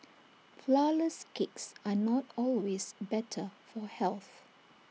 Flourless Cakes are not always better for health